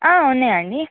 ఉన్నాయండి